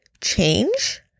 change